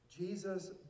Jesus